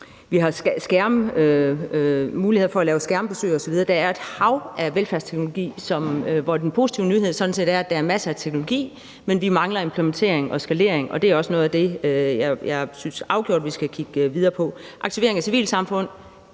vi har mulighed for at lave skærmbesøg osv. Der er et hav af velfærdsteknologier, og den positive nyhed er sådan set, at der er masser af teknologi. Men vi mangler implementering og skalering, og det er også noget af det, jeg afgjort synes vi skal kigge videre på. Hvad angår aktivering af civilsamfund,